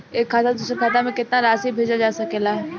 एक खाता से दूसर खाता में केतना राशि भेजल जा सके ला?